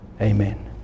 amen